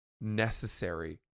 necessary